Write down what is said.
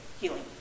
Healing